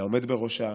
לעומד בראשה,